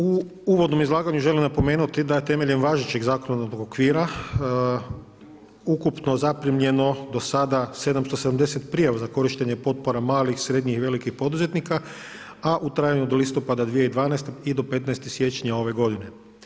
U uvodnom izlaganju želim napomenuti da temeljem važećeg zakonodavnog okvira ukupno zaprimljeno do sada 770 prijava za korištenje potpora malih, srednjih i velikih poduzetnika, a u trajanju do listopada 2012. i do 15. siječnja ove godine.